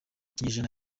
kinyejana